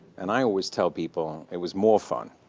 and i always tell people, it was more fun.